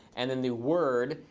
and then the word,